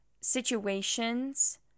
situations